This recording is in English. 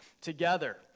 together